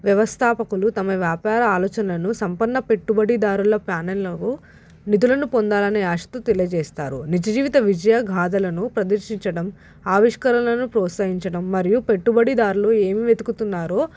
వ్యవస్థాపకులు తమ వ్యాపార ఆలోచనలను సంపన్న పెట్టుబడి దారుల ప్యానలకు నిధులను పొందాలని ఆశాతో తెలియజేస్తారు నిజ జీవిత విజయ గాధలను ప్రదర్శించడం ఆవిష్కరణను ప్రోత్సహించడం మరియు పెట్టుబడిదారులు ఏమి వెతుకుతున్నారో